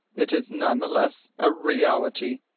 it is none the less a reality.